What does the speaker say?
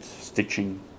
stitching